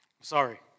Sorry